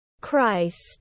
Christ